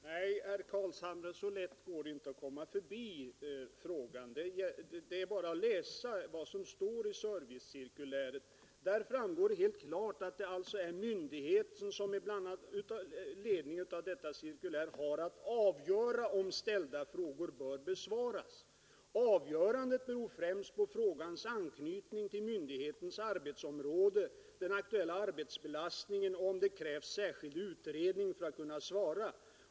Herr talman! Nej, herr Carlshamre, så lätt går det inte att komma förbi frågan. Det är bara att läsa vad som står i servicecirkuläret. Där framgår det klart och tydligt att myndigheten, bl.a. med ledning av detta cirkulär, har att avgöra om ställda frågor bör besvaras. Avgörandet beror främst på frågans anknytning till myndighetens arbetsområde, den aktuella arbetsbelastningen och om det krävs särskild utredning för att man skall kunna svara.